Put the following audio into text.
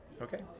Okay